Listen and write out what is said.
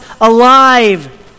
alive